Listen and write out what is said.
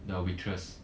the waitress